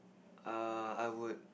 uh I would